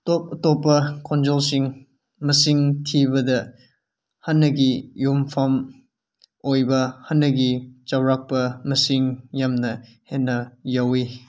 ꯑꯇꯣꯞ ꯑꯇꯣꯞꯄ ꯈꯣꯟꯖꯦꯜꯁꯤꯡ ꯃꯁꯤꯡ ꯊꯤꯕꯗ ꯍꯥꯟꯅꯒꯤ ꯌꯨꯝꯐꯝ ꯑꯣꯏꯕ ꯍꯥꯟꯅꯒꯤ ꯆꯥꯎꯔꯥꯛꯄ ꯃꯁꯤꯡ ꯌꯥꯝꯅ ꯍꯦꯟꯅ ꯌꯥꯎꯏ